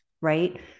right